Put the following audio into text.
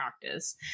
practice